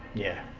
yeah.